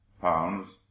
pounds